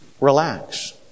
Relax